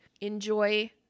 Enjoy